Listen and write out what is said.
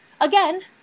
again